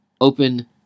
open